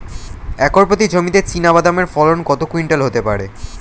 Acre প্রতি জমিতে চীনাবাদাম এর ফলন কত কুইন্টাল হতে পারে?